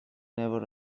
never